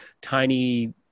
tiny